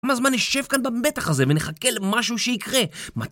כמה זמן אשב כאן במתח הזה ונחכה למשהו שיקרה?